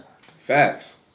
Facts